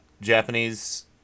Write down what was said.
Japanese